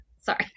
Sorry